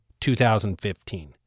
2015